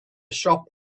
shop